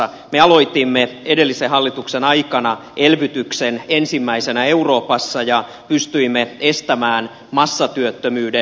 me aloitimme edellisen hallituksen aikana elvytyksen ensimmäisenä euroopassa ja pystyimme estämään massatyöttömyyden